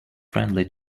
friendly